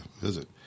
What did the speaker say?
visit